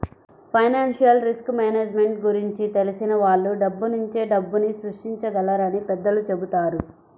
financial risk management గురించి తెలిసిన వాళ్ళు డబ్బునుంచే డబ్బుని సృష్టించగలరని పెద్దలు చెబుతారు